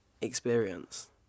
Experience